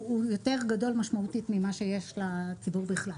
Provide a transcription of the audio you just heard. הוא יותר גדול משמעותית ממה שיש לציבור בכלל.